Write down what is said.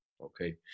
Okay